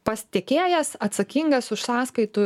pats tiekėjas atsakingas už sąskaitų